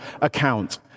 account